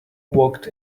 walked